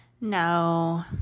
No